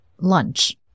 lunch